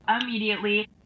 immediately